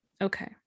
Okay